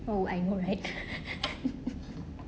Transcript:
oh I know right